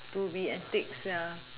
to be antics ya